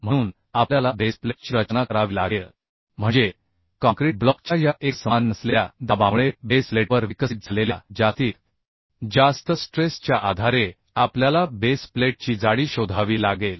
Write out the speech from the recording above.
म्हणून आपल्याला बेस प्लेटची रचना करावी लागेल म्हणजे काँक्रीट ब्लॉकच्या या एकसमान नसलेल्या दाबामुळे बेस प्लेटवर विकसित झालेल्या जास्तीत जास्त स्ट्रेस च्या आधारे आपल्याला बेस प्लेटची जाडी शोधावी लागेल